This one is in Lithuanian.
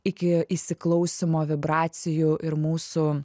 iki įsiklausymo vibracijų ir mūsų